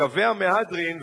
קווי המהדרין,